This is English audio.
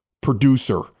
producer